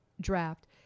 draft